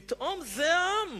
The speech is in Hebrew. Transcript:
פתאום זה העם.